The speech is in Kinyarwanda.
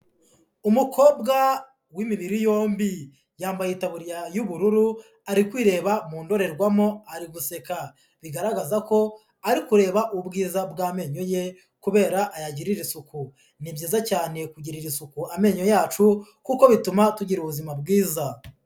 Umukobwa w'imibiri yombi. Yambaye itaburiya y'ubururu, ari kwireba mu ndorerwamo, ari guseka. Bigaragaza ko ari kureba ubwiza bw'amenyo ye kubera ayagirira isuku. Ni byiza cyane kugirira isuku amenyo yacu kuko bituma tugira ubuzima bwiza.